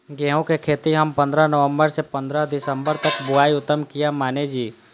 गेहूं के खेती हम पंद्रह नवम्बर से पंद्रह दिसम्बर तक बुआई उत्तम किया माने जी?